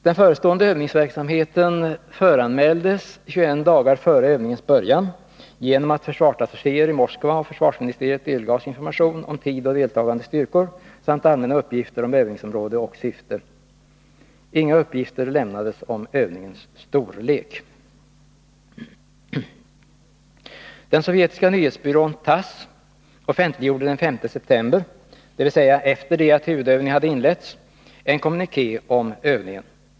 Den förestående övningsverksamheten föranmäldes 21 dagar före övningens början genom att försvarsattachéer i Moskva av försvarsministeriet delgavs information om tid och deltagande styrkor samt allmänna uppgifter om övningsområde och syfte. Inga uppgifter lämnades om övningens storlek. Den sovjetiska nyhetsbyrån TASS offentliggjorde den 5 september, dvs. efter det att huvudövningen hade inletts, en kommuniké om övningen.